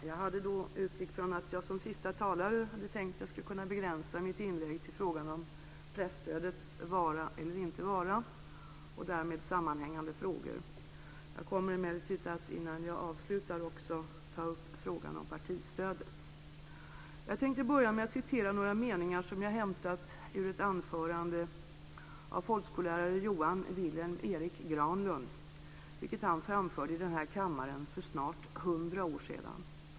Fru talman! Jag utgick från att jag som siste talare skulle kunna begränsa mitt inlägg till frågan om presstödets vara eller inte vara och därmed sammanhängande frågor. Jag kommer emellertid innan jag avslutar mitt inlägg att också ta upp frågan om partistödet. Jag tänker börja med att citera några meningar som jag har hämtat ur ett anförande av folkskollärare Johan Wilhelm Erik Granlund, vilket han framförde i den här kammaren för snart hundra år sedan.